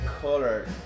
color